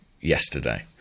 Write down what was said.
yesterday